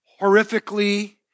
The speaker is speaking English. horrifically